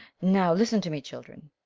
now listen to me, children.